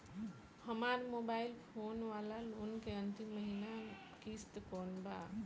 हमार mobile phone वाला loan के अंतिम महिना किश्त कौन बा?